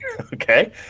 Okay